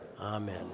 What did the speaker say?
Amen